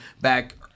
back